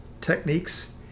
techniques